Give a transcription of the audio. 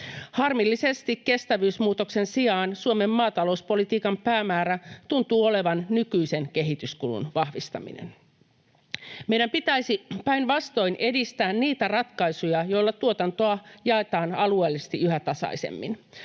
Harmillisesti kestävyysmuutoksen sijaan Suomen maatalouspolitiikan päämäärä tuntuu olevan nykyisen kehityskulun vahvistaminen. Meidän pitäisi päinvastoin edistää niitä ratkaisuja, joilla tuotantoa jaetaan alueellisesti yhä tasaisemmin.